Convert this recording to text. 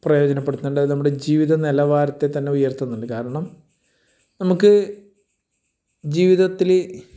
പ്രയോജനപ്പെടുത്തുന്നുണ്ട് അത് നമ്മുടെ ജീവിത നിലവാരത്തെ തന്നെ ഉയർത്തുന്നുണ്ട് കാരണം നമുക്ക് ജീവിതത്തിൽ